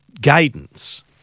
guidance